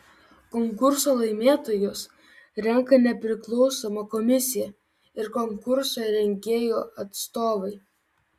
konkurso laimėtojus renka nepriklausoma komisija ir konkurso rengėjų atstovai